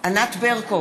ענת ברקו,